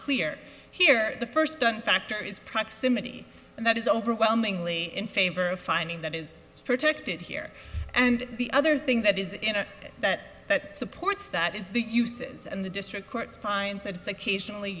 clear here the first one factor is proximity and that is overwhelmingly in favor of finding that it is protected here and the other thing that is that that supports that is the uses and the district court